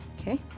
Okay